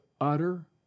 utter